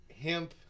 hemp